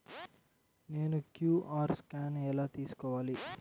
నేను QR scan ఎలా తీసుకోవాలి?